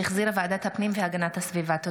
שהחזירה ועדת הפנים והגנת הסביבה.